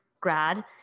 grad